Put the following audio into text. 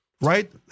right